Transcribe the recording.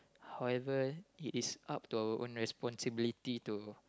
however it is up to our own responsibility to